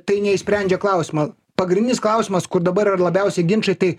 tai neišsprendžia klausimo pagrindinis klausimas kur dabar yra labiausiai ginčai tai